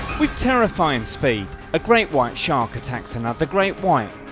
with terrifying speed, a great white shark attacks another great white,